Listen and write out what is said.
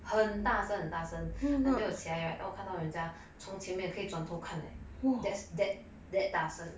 很大声很大声 until 我起来 right 我看到人家从前面可以转头看我 that's that that 大声